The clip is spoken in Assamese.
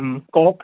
কওক